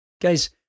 Guys